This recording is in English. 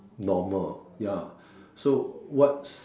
normal ya so what's